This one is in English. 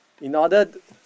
in order to